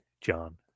John